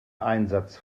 einsatz